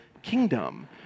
kingdom